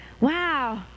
wow